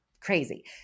crazy